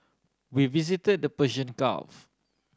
we visited the Persian Gulf